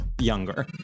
younger